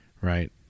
right